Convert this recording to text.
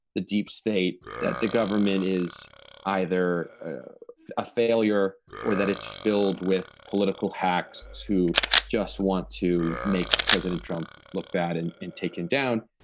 the deep state that the government is either a failure or that it's filled with political hacks who just want to make president trump look bad and and taken down.